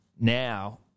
Now